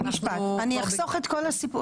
אנחנו חייבים לסיים.